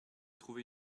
trouver